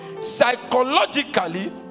psychologically